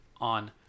on